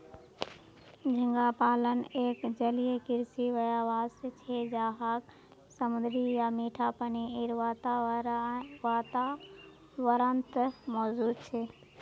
झींगा पालन एक जलीय कृषि व्यवसाय छे जहाक समुद्री या मीठा पानीर वातावरणत मौजूद छे